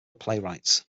playwrights